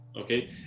Okay